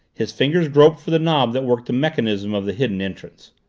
his fingers groped for the knob that worked the mechanism of the hidden entrance.